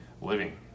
living